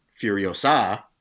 Furiosa